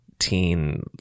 Teen